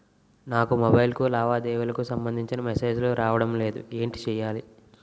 నాకు మొబైల్ కు లావాదేవీలకు సంబందించిన మేసేజిలు రావడం లేదు ఏంటి చేయాలి?